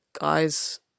guys